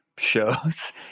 Shows